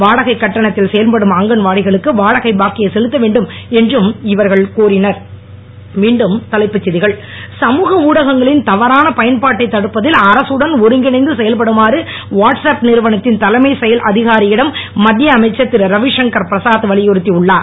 வாடகை கட்டணத்தில் செயல்படும் அங்கன்வாடிகளுக்கு வாடகை பாக்கியை செலுத்த வேண்டும் என்றும் இவர்கள் கோரினர் மீண்டும் தலைப்புச் செய்திகள் ஊடகங்களின் தவறான பயன்பாட்டை தடுப்பதில் அரசுடன் சமுக ஒருங்கிணைந்து செயல்படுமாறு வாட்ஸ் ஆப் நிறுவனத்தின் தலைமை செயல் அதிகாரியிடம் மத்திய அமைச்சர் திரு ரவி சங்கர் பிரசாத் வலியுறுத்தி உள்ளார்